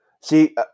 See